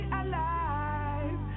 alive